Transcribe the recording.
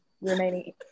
Remaining